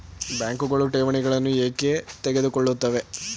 ಬ್ಯಾಂಕುಗಳು ಠೇವಣಿಗಳನ್ನು ಏಕೆ ತೆಗೆದುಕೊಳ್ಳುತ್ತವೆ?